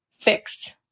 fix